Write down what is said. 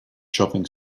shopping